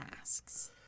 asks